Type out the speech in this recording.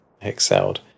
excelled